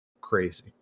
crazy